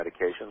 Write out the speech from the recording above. medications